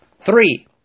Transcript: Three